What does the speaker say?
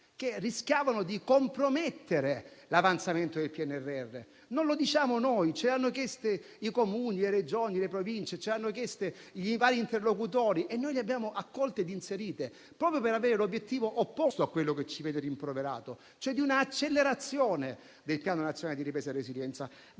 che rischiavano di compromettere l'avanzamento del PNRR. Non lo diciamo noi; ce le hanno chieste i Comuni, le Regioni, le Province, i vari interlocutori, e noi le abbiamo accolte ed inserite, proprio per avere l'obiettivo opposto a quello che ci viene rimproverato, ossia una accelerazione del Piano nazionale di ripresa e resilienza.